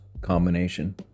combination